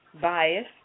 bias